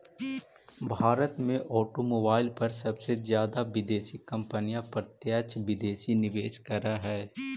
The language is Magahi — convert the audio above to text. भारत में ऑटोमोबाईल पर सबसे जादा विदेशी कंपनियां प्रत्यक्ष विदेशी निवेश करअ हई